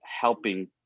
helping